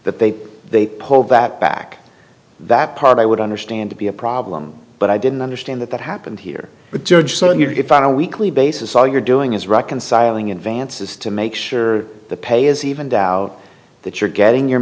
that they they pull that back that part i would understand to be a problem but i didn't understand that that happened here with judge sawyer to find a weekly basis all you're doing is reconciling advances to make sure the pay is evened out that you're getting your